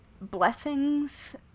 blessings